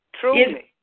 Truly